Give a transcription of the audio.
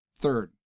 Third